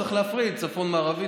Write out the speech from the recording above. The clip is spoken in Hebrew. צריך להפריד: צפון מערבי,